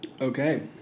Okay